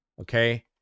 Okay